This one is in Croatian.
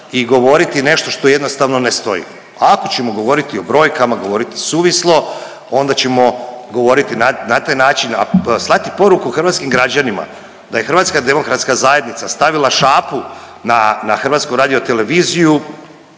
i govoriti nešto što jednostavno ne stoji. Ako ćemo govoriti o brojkama, govoriti suvislo onda ćemo govoriti na taj način, a slati poruku hrvatskim građanima da je HDZ stavila šapu na HRT pa evo